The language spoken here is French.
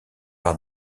par